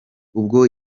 ubwo